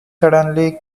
suddenly